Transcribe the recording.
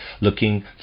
looking